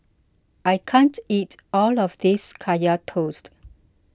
I can't eat all of this Kaya Toast